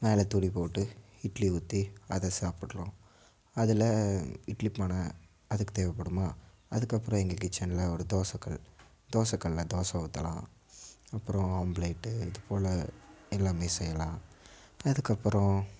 மேலே துணி போட்டு இட்லி ஊற்றி அதை சாப்பிட்றோம் அதில் இட்லி பானை அதுக்கு தேவைப்படுமா அதுக்கப்புறம் எங்கள் கிட்சனில் ஒரு தோசை கல் தோசை கல்லில் தோசை ஊற்றலாம் அப்புறம் ஆம்ப்ளைட் இதுப்போல் எல்லாமே செய்யலாம் அதுக்கப்புறம்